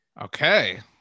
Okay